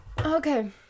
Okay